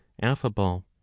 affable